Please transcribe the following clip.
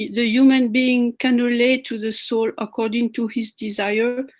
the human being can relate to the soul according to his desire.